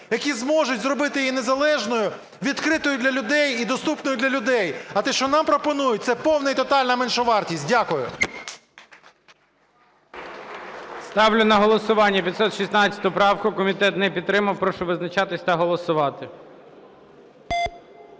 які зможуть зробити її незалежною, відкритою для людей і доступною для людей. А те, що нам пропонують, це повна і тотальна меншовартість. Дякую. ГОЛОВУЮЧИЙ. Ставлю на голосування 516 правку. Комітет не підтримав. Прошу визначатись та голосувати.